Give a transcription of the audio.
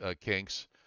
kinks